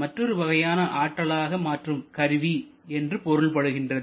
மற்றொரு வகையான ஆற்றலாக மாற்றும் கருவி என்று பொருள்படுகின்றது